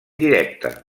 directa